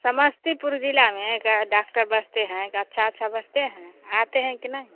समस्तीपुर ज़िला में एक डाक्टर बस्ते हैं डाक साहब समझते हैं आते हैं कि ना